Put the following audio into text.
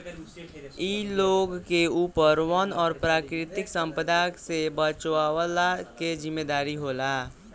इ लोग के ऊपर वन और प्राकृतिक संपदा से बचवला के जिम्मेदारी होला